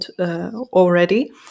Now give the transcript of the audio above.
already